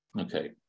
Okay